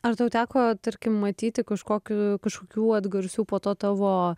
ar tau teko tarkim matyti kažkokių kažkokių atgarsių po to tavo